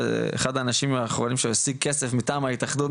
אחד האנשים האחרונים שהשיג כסף מטעם ההתאחדות,